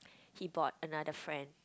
he brought another friend